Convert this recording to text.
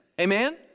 amen